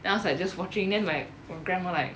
then I was like just watching like 我 grandma like